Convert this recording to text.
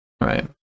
right